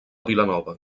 vilanova